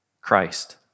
Christ